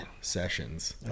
sessions